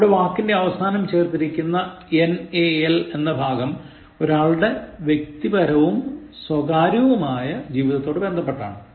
ഈ വാക്കിൻറെ അവസാനം ചെർത്തിരിക്കുന്ന nal എന്ന ഭാഗം ഒരാളുടെ വ്യക്തിപരവും സ്വകാര്യവുമായ ജീവിതത്തോട് ബന്ധപ്പെട്ടതാണ്